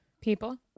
people